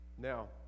Now